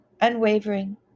Unwavering